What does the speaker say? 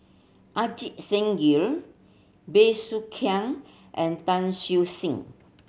Ajit Singh Gill Bey Soo Khiang and Tan Siew Sin